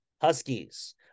Huskies